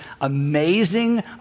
amazing